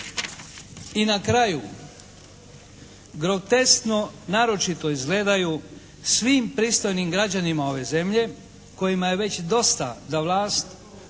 I na kraju, groteskno naročito izgledaju svim pristojnim građanima ove zemlje kojima je već dosta da vlast